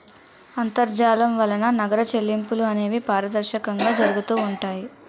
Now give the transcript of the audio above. అంతర్జాలం వలన నగర చెల్లింపులు అనేవి పారదర్శకంగా జరుగుతూ ఉంటాయి